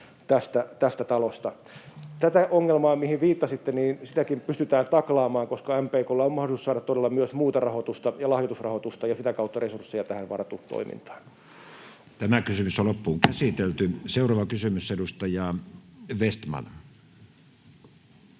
tästä talosta. Tätäkin ongelmaa, mihin viittasitte, pystytään taklaamaan, koska MPK:lla on mahdollisuus saada todella myös muuta rahoitusta ja lahjoitusrahoitusta ja sitä kautta resursseja tähän VARTU-toimintaan. [Speech 45] Speaker: Matti Vanhanen Party: N/A Role: chairman